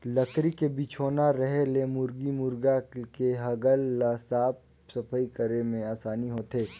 लकरी के बिछौना रहें ले मुरगी मुरगा के हगल ल साफ सफई करे में आसानी होथे